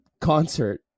concert